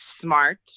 smart